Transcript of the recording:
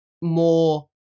more